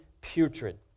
putrid